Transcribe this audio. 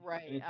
Right